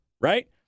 right